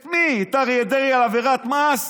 את מי, את אריה דרעי על עבירת מס?